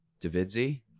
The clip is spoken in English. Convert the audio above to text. Davidzi